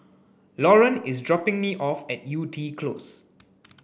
Loren is dropping me off at Yew Tee Close